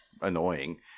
annoying